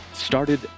Started